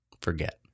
forget